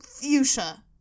fuchsia